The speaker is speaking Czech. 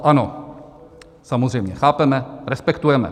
Ano, samozřejmě chápeme, respektujeme.